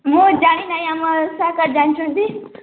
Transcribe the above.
ମୁଁ ଜାଣି ନାହିଁ ଆମ ସାର୍ ଏକା ଜାଣିଛନ୍ତି